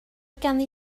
ganddi